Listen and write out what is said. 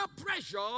pressure